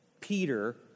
Peter